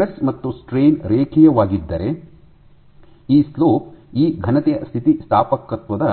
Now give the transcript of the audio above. stress ಮತ್ತು strain ರೇಖೀಯವಾಗಿದ್ದರೆ ಈ ಸ್ಲೋಪ್ ಈ ಘನತೆಯ ಸ್ಥಿತಿಸ್ಥಾಪಕತ್ವದ